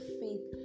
faith